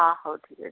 ହଁ ହଉ ଠିକ୍ ଅଛି